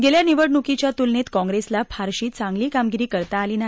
गेल्या निवडणुकीच्या तुलनेत काँप्रेसला फारशी चांगली कामगिरी करता आली नाही